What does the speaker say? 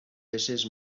peces